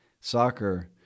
soccer